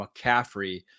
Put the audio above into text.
McCaffrey